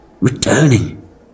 returning